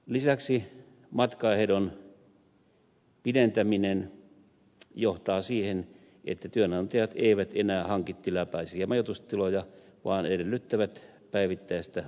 lisäksi matkaehdon pidentäminen johtaa siihen että työnantajat eivät enää hanki tilapäisiä majoitustiloja vaan edellyttävät päivittäistä matkustamista